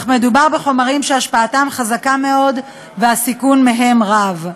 אך מדובר בחומרים שהשפעתם חזקה מאוד והסיכון הנשקף מהם רב.